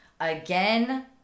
Again